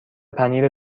پنیر